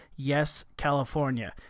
yescalifornia